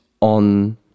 on